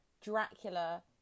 Dracula